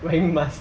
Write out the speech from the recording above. wearing mask